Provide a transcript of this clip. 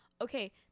Okay